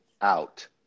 out